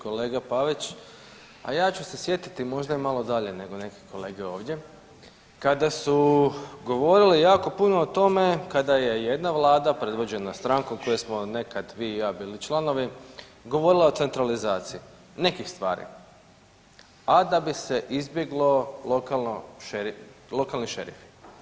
Kolega Pavić ja ću se sjetiti možda i malo dalje nego neki kolege ovdje kada su govorili jako puno o tome kada je jedna Vlada predvođena strankom koje smo nekad i vi i ja bili članovi govorila o centralizaciji nekih stvari, a da bi se izbjeglo lokalni šerifi.